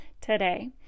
today